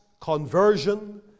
conversion